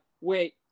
wait